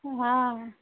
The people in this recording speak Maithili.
हँ